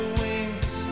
wings